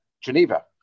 Geneva